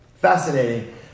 fascinating